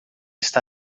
está